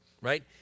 right